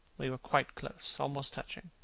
we were quite close, almost touching.